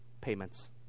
payments